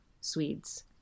Swedes